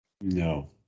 No